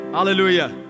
Hallelujah